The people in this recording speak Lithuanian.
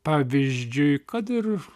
pavyzdžiui kad ir